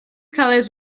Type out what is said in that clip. colors